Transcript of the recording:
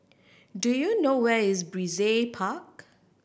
do you know where is Brizay Park